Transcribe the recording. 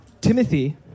Timothy